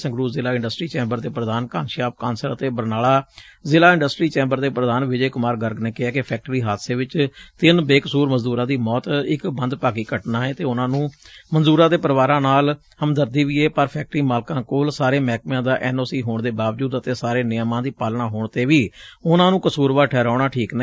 ਸੰਗਰੁਰ ਜ਼ਿਲ੍ਹਾ industry chamber ਦੇ ਪ੍ਰਧਾਨ ਘੱਨਸ਼ਿਆਮ ਕਾਂਸਲ ਅਤੇ ਬਰਨਾਲਾ ਜ਼ਿਲ੍ਹਾ ਇੰਡਸਟਰੀ ਚੈ'ਬਰ ਦੇ ਪ੍ਰਧਾਨ ਵਿਜੇ ਕੁਮਾਰ ਗਰਗ ਨੇ ਕਿਹੈ ਕਿ ਫੈਕਟਰੀ ਹਾਦਸੇ ਵਿਚ ਤਿੰਨ ਬੇਕਸੁਰ ਮਜ਼ਦੂਰਾ ਦੀ ਮੌਤ ਇਕ ਮੰਦਭਾਗੀ ਘਟਨਾ ਏ ਅਤੇ ਉਨੂਾ ਨੂੰ ਮਜ਼ਦੂਰਾ ਦੇ ਪਰਿਵਾਰਾ ਨਾਲ ਹਮਦਰਦੀ ਵੀ ਏ ਪਰ ਫੈਕਟਰੀ ਮਾਲਕਾਂ ਕੋਲ ਸਾਰੇ ਮਹਿਕਮਿਆਂ ਦਾ ਐਨ ਓ ਸੀ ਹੋਣ ਦੇ ਬਾਵਜੁਦ ਅਤੇ ਸਾਰੇ ਨਿਯਮਾਂ ਦੀ ਪਾਲਣਾ ਹੋਣ ਤੇ ਵੀ ਉਨਾਂ ਨੂੰ ਕਸੁਰਵਾਰ ਠਹਿਰਾਉਣਾ ਠੀਕ ਨਹੀਂ